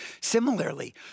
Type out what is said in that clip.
Similarly